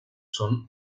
son